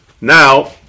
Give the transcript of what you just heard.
Now